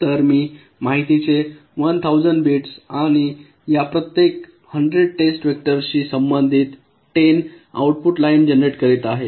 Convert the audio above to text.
तर मी माहितीचे 1000 बिट्स आणि या प्रत्येक 100 टेस्ट वेक्टरशी संबंधित 10 आउटपुट लाइन जनरेट करीत आहे